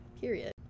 period